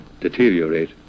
deteriorate